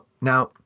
now